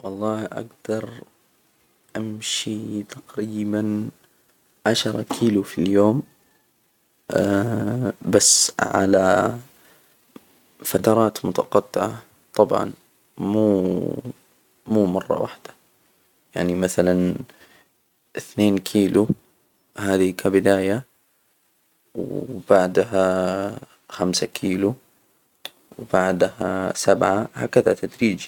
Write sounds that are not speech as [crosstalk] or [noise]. والله أجدر أمشي تقريبا عشر كيلو في اليوم. [hesitation] بس على فترات متقطعة، طبعا، مو- مو مرة واحدة، يعني مثلا، اثنين كيلو هذى كبداية. وبعدها خمسة كيلو، وبعدها سبعة، هكذا تدريجى.